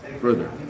further